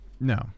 No